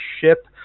ship